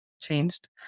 changed